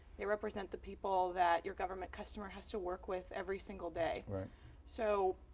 they represent the people that your government customer has to work with every single day. so,